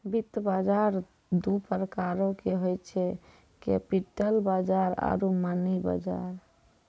वित्त बजार दु प्रकारो के होय छै, कैपिटल बजार आरु मनी बजार